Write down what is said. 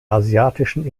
asiatischen